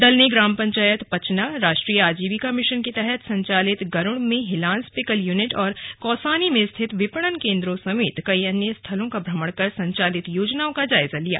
दल ने ग्राम पंचायत पचना राष्ट्रीय आजीविका मिशन के तहत संचालित गरूड़ में हिलांस पिकल यूनिट और कौसानी में स्थित विपणन केन्द्रों समेत कई अन्य स्थलों का भ्रमण कर संचालित योजनाओं का जायजा लिया